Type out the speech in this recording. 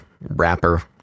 rapper